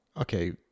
okay